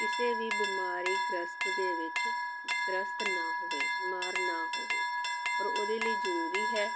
ਕਿਸੇ ਵੀ ਬਿਮਾਰੀ ਗ੍ਰਸਤ ਦੇ ਵਿੱਚ ਗ੍ਰਸਤ ਨਾ ਹੋਵੇ ਬਿਮਾਰ ਨਾ ਹੋਵੇ ਪਰ ਉਹਦੇ ਲਈ ਜ਼ਰੂਰੀ ਹੈ